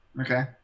Okay